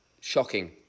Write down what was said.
Shocking